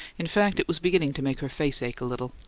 in fact, it was beginning to make her face ache a little.